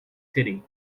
city